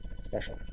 special